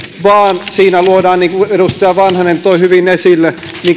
vaan siinä niin kuin edustaja vanhanen toi hyvin esille